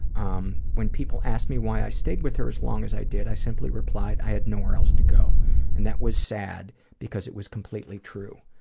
um when people asked me why i stayed with her as long as i did, i simply replied, i had nowhere else to go and that was sad because it was completely true.